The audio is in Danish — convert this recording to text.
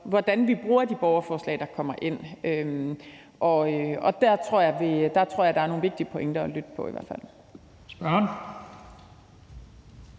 hvordan vi bruger de borgerforslag, der kommer ind, og der tror jeg i hvert fald, at der er nogle vigtige pointer at lytte på. Kl. 12:45 Første